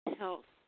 health